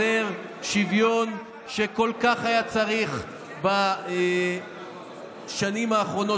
שתייצר שוויון שכל כך היה צריך בשנים האחרונות,